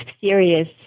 serious